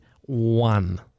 one